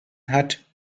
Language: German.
hat